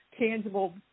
tangible